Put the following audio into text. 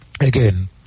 Again